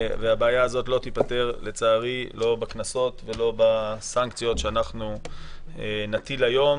והבעיה הזאת לא תיפתר לצערי לא בקנסות ולא בסנקציות שאנחנו נטיל היום,